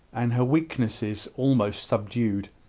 and her weaknesses almost subdued.